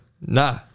nah